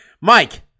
Mike